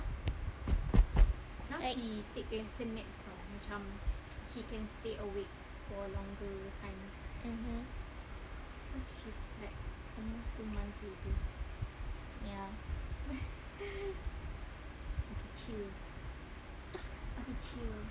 mmhmm ya